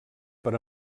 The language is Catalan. per